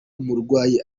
umurwayi